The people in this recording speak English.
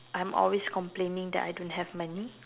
I'm always complaining that I don't have money